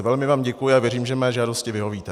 Velmi vám děkuji a věřím, že mé žádosti vyhovíte.